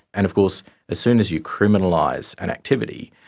and of course as soon as you criminalise an activity,